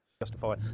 ...justify